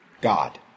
God